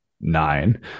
nine